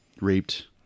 raped